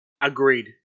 Agreed